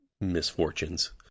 misfortunes